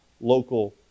local